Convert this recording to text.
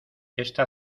esta